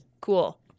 Cool